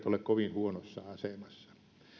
ole kovin huonossa asemassa